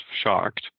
shocked